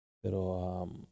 pero